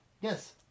Yes